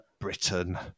Britain